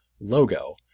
logo